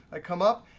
i come up.